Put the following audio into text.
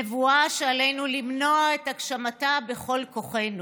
נבואה שעלינו למנוע את הגשמתה בכל כוחנו.